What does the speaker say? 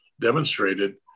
demonstrated